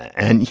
and,